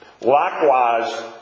Likewise